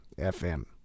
FM